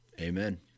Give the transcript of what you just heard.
amen